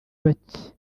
bacye